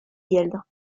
gueldre